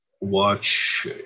watch